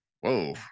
Whoa